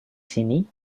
sini